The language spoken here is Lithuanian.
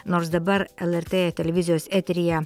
nors dabar lrt televizijos eteryje